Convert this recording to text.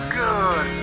good